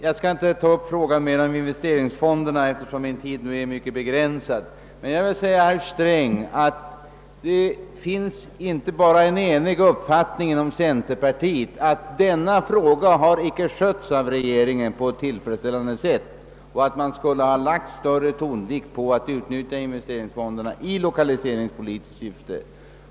Jag skall inte ta upp investeringsfonderna igen, eftersom min tid är starkt begränsad, men jag vill säga till herr Sträng att det inte bara inom cen terpartiet finns en enhällig uppfattning, att regeringen icke har skött denna sak på ett tillfredsställande sätt och att man i större utsträckning borde ha utnyttjat investeringsfonderna i lokaliseringspolitiskt syfte.